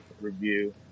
review